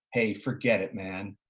hey, forget it man,